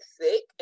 thick